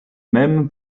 même